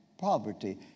Poverty